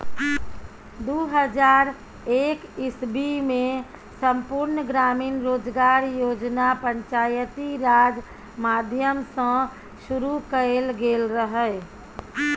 दु हजार एक इस्बीमे संपुर्ण ग्रामीण रोजगार योजना पंचायती राज माध्यमसँ शुरु कएल गेल रहय